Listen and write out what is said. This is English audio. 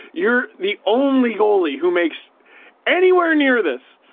you're the only goalie who makes anywhere near this.